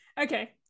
Okay